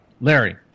Larry